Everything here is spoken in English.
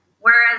Whereas